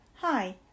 Hi